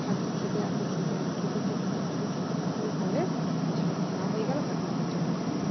খাচ্ছে খেতে আছে খেতে আছে খেতে খেতে তারপর দিয়ে কিছু দুক্ষণ পরে ও সব খাওয়া হয়ে গেলো পাখিগুলো চলে গেলো